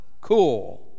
cool